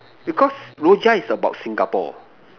because Rojak is about Singapore